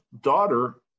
daughter